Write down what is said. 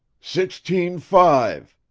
sixteen-five,